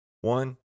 one